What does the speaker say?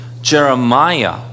Jeremiah